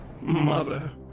Mother